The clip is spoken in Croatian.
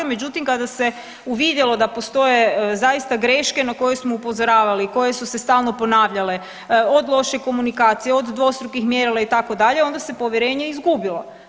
Međutim, kada se uvidjelo da postoje zaista greške na koje smo upozoravali i koje su se stalno ponavljale od loše komunikacije, od dvostrukih mjerila itd. onda se povjerenje izgubilo.